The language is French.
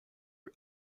eux